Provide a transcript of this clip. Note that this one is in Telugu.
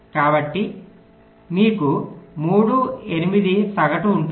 కాబట్టి మీకు 3 8 సగటు ఉంటుంది